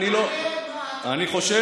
אני לא, תענה מה, אני חושב,